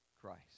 Christ